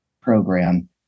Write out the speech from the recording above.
program